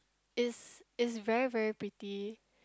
it's it's very very pretty